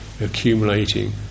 accumulating